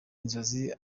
inzozi